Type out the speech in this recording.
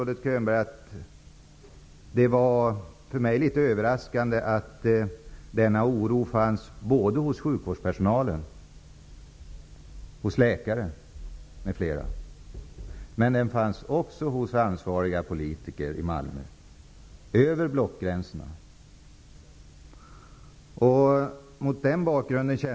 Det var för mig ganska överraskande att denna oro fanns både hos sjukvårdpersonalen, läkare m.fl., och hos ansvariga politiker i Malmö -- över blockgränserna.